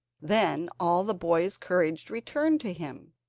then all the boy's courage returned to him.